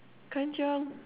kanchiong